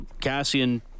Cassian